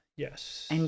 Yes